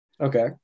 Okay